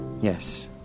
yes